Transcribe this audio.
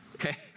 Okay